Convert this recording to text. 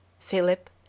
Philip